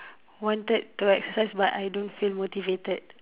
wanted to like exercise but I don't feel motivated